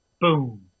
Boom